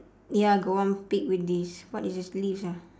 ya got one pig with this what is this leaves ah